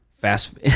fast